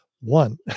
One